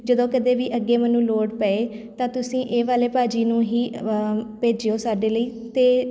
ਜਦੋਂ ਕਦੇ ਵੀ ਅੱਗੇ ਮੈਨੂੰ ਲੋੜ ਪਏ ਤਾਂ ਤੁਸੀਂ ਇਹ ਵਾਲੇ ਭਾਅ ਜੀ ਨੂੰ ਹੀ ਭੇਜਿਓ ਸਾਡੇ ਲਈ ਅਤੇ